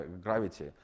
gravity